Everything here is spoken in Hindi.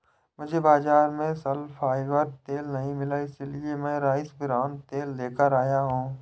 मुझे बाजार में सनफ्लावर तेल नहीं मिला इसलिए मैं राइस ब्रान तेल लेकर आया हूं